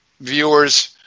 Viewers